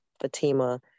fatima